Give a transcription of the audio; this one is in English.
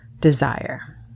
desire